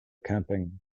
camping